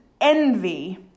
envy